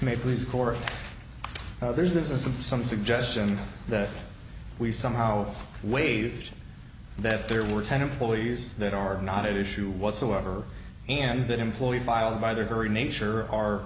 may please chorus there's this isn't some suggestion that we somehow waived that there were ten employees that are not at issue whatsoever and that employee files by their very nature are